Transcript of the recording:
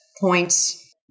points